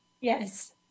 Yes